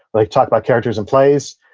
like talk about characters in plays.